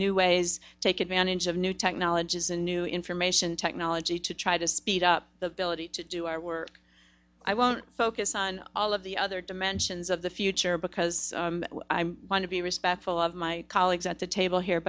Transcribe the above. new ways to take advantage of new technologies and new information technology to try to speed up the village to do our work i won't focus on all of the other dimensions of the future because i want to be respectful of my colleagues at the table here